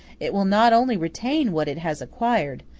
it will not only retain what it has acquired,